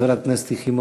חברת הכנסת יחימוביץ,